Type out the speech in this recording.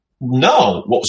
No